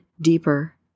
deeper